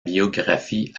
biographie